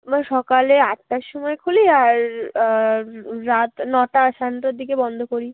আমরা সকালে আটটার সময় খুলি আর রাত নটা সাড়ে নটার দিকে বন্ধ করি